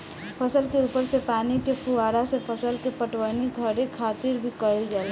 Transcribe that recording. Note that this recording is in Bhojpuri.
फसल के ऊपर से पानी के फुहारा से फसल के पटवनी करे खातिर भी कईल जाला